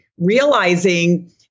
realizing